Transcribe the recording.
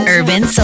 Urban